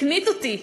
הקניט אותי.